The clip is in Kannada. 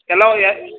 ಎಲ್ಲವು ಯಾ